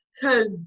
cause